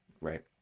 Right